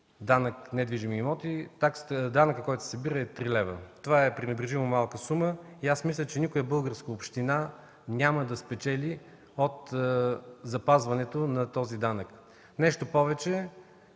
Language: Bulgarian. данък недвижими имоти, данъкът, който се събира, е три лева. Това е пренебрежимо малка сума и аз мисля, че никоя българска община няма да спечели от запазването на този данък. Нещо повече,